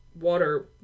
water